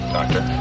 Doctor